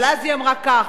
אבל אז היא אמרה כך,